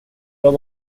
rub